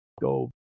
go